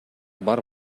бар